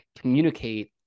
communicate